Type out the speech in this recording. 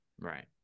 Right